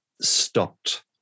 stopped